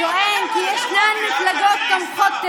גם במגזר שלכם, בן גביר?